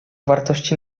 wartości